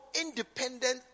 independent